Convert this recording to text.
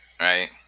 right